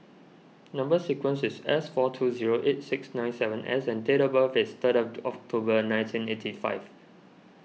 Number Sequence is S four two zero eight six nine seven S and date of birth is third of October nineteen eighty five